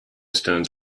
stones